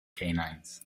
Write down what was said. canines